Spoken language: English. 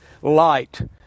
light